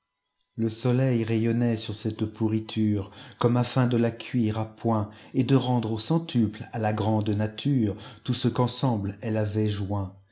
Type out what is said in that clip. le soleil rayonnait sur cette pourriture gomme afin de la cuire à point et de rendre au centuple à la grande naturetout ce qu'ensemble elle avait joint